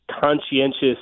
conscientious